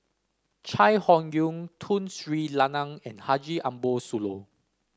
Chai Hon Yoong Tun Sri Lanang and Haji Ambo Sooloh